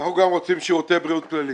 אנחנו רוצים גם את שירותי בריאות כללית.